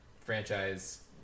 franchise